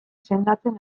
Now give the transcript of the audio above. sendatzen